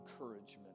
encouragement